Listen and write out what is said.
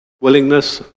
Willingness